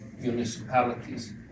municipalities